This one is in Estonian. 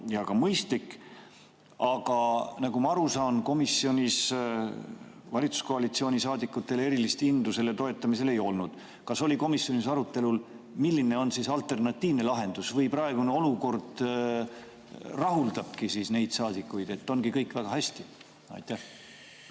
ja ka mõistlik. Aga nagu ma aru saan, komisjonis valitsuskoalitsiooni saadikutel erilist indu selle toetamisel ei olnud. Kas oli komisjonis arutelul, milline on alternatiivne lahendus? Või praegune olukord rahuldabki neid saadikuid ja nad leiavad, et